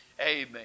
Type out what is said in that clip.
Amen